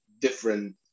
different